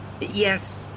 Yes